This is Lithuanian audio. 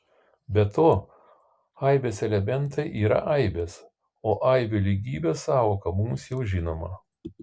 be to aibės elementai yra aibės o aibių lygybės sąvoka mums jau žinoma